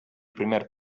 primer